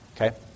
Okay